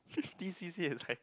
fifty C_C is like